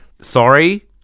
Sorry